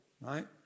Right